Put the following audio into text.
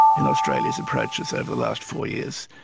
and australia's approaches over the last four years.